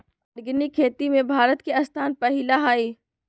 organic खेती में भारत के स्थान पहिला हइ